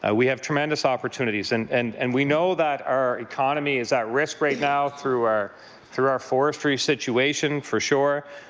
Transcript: ah we have tremendous opportunities. and and and we know that our economy is at risk right now through our through our forestry situation for sure.